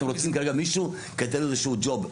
אתם רוצים כרגע מישהו כי אני נותן לו איזשהו ג'וב.